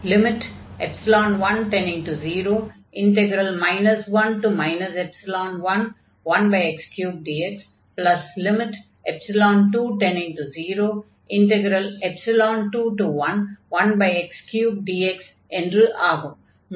1→0⁡ 1 11x3dx2→0⁡211x3dx என்று ஆகும்